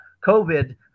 COVID